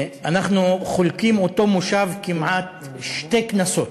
אנחנו חולקים אותו מושב כמעט שתי כנסות,